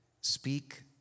speak